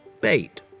bait